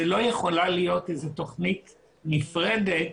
זאת לא יכולה להיות איזו תכנית נפרדת